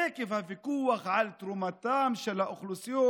עקב הוויכוח על תרומתן של האוכלוסיות,